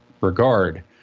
regard